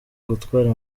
gutwara